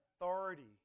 authority